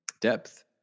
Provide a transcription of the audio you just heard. depth